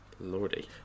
Lordy